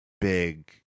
big